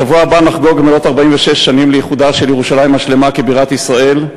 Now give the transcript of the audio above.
בשבוע הבא נחגוג מלאות 46 שנים לאיחודה של ירושלים השלמה כבירת ישראל,